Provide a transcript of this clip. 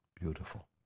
Beautiful